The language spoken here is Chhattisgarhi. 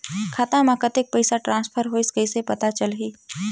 खाता म कतेक पइसा ट्रांसफर होईस कइसे पता चलही?